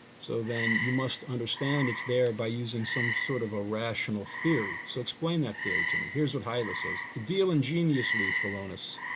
so then you must understand it's thereby using some sort of a rational theory so explain that theory to me. here's what hylas says, to deal ingeniously philonous,